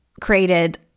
created